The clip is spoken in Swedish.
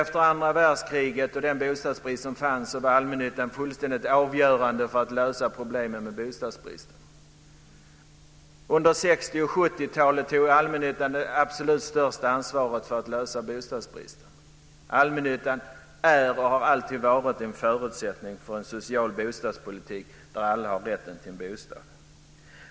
Med den bostadsbrist som fanns efter andra världskriget var allmännyttan fullständigt avgörande för att lösa problemen med bostadsbristen. Under 60 och 70-talet tog allmännyttan det största ansvaret för att komma till rätta med bostadsbristen. Allmännyttan är och har alltid varit en förutsättning för en social bostadspolitik där alla har rätt till en bostad.